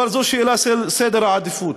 אבל זו שאלה של סדר העדיפות.